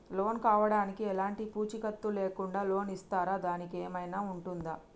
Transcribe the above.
Loan కావడానికి ఎలాంటి పూచీకత్తు లేకుండా లోన్ ఇస్తారా దానికి ఏమైనా ఉంటుందా?